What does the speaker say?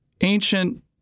ancient